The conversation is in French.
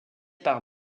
par